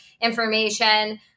information